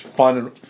Fun